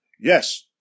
Yes